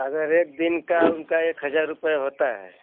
अगर एक दिन का उनका एक हजार रुपये होता है